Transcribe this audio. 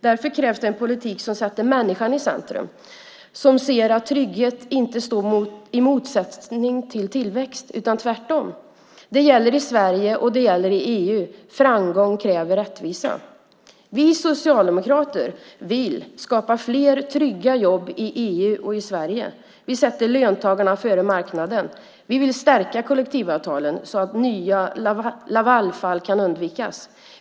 Därför krävs en politik som sätter människan i centrum, som ser att trygghet inte står i motsättning till tillväxt utan tvärtom. Det gäller i Sverige, och det gäller i EU. Framgång kräver rättvisa! Vi socialdemokrater vill skapa fler trygga jobb i EU och Sverige. Vi sätter löntagarna före marknaden. Vi vill stärka kollektivavtalen så att nya Lavalfall kan undvikas.